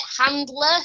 handler